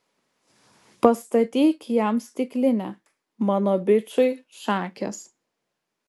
pastatyk jam stiklinę mano bičui šakės